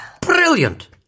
Brilliant